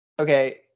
Okay